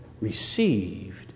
received